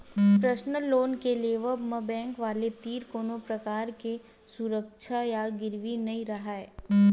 personal loan के लेवब म बेंक वाले तीर कोनो परकार के सुरक्छा या गिरवी नइ राहय